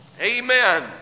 Amen